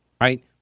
Right